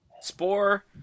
Spore